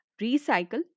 Recycle